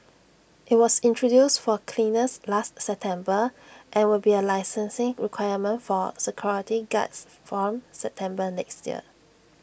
IT was introduced for cleaners last September and will be A licensing requirement for security guards from September next year